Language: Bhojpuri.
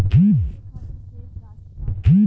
आज के खातिर शेष राशि का बा?